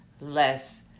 less